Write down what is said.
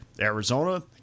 Arizona